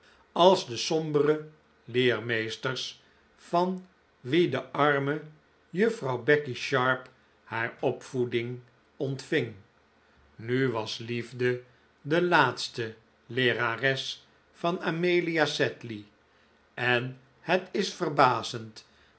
als de sombere leermeesters van wie de arme juffrouw becky sharp haar opvoeding ontving nu was liefde de laatste leerares van amelia sedley en het is verbazend